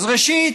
ראשית,